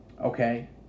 Okay